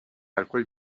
الکلی